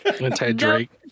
Anti-Drake